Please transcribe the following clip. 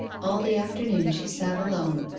all the afternoon she sat alone,